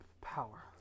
power